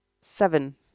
Seven